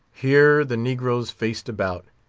here the negroes faced about,